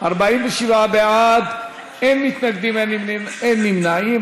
47 בעד, אין מתנגדים, אין נמנעים.